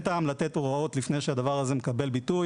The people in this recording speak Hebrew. טעם לתת הוראות לפני שהדבר הזה מקבל ביטוי.